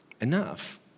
enough